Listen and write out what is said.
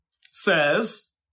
says